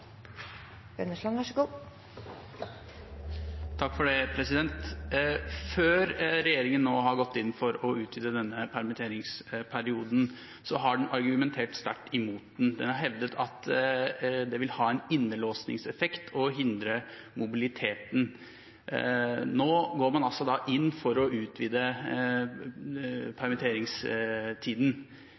Før regjeringen nå har gått inn for å utvide denne permitteringsperioden, har regjeringen argumentert sterkt imot den. Den har hevdet at dette vil ha en innlåsningseffekt og hindre mobiliteten. Nå går man altså inn for å utvide permitteringstiden.